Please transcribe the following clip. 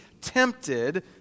tempted